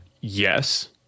yes